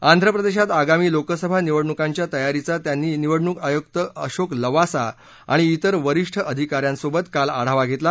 आंध्र प्रदेशात आगामी लोकसभा निवडणुकांच्या तयारीचा त्यांनी निवडणूक आयुक्त अशोक लवासा आणि इतर वरिष्ठ अधिकाऱ्यांसोबत काल आढावा घेतला